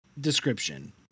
description